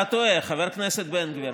אתה טועה, אתה טועה, חבר הכנסת בן גביר.